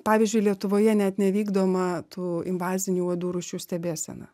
pavyzdžiui lietuvoje net nevykdoma tų invazinių uodų rūšių stebėsena